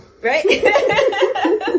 right